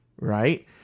right